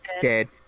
dead